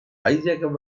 hijackers